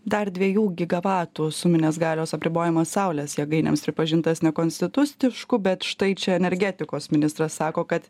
dar dviejų gigavatų suminės galios apribojimas saulės jėgainėms pripažintas nekonstitustišku bet štai čia energetikos ministras sako kad